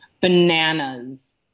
bananas